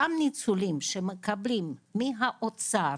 אותם ניצולים שמקבלים מהאוצר,